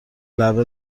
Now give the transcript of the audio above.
لبه